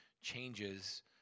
changes